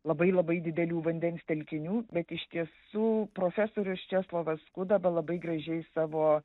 labai labai didelių vandens telkinių bet iš tiesų profesorius česlovas kudaba labai gražiai savo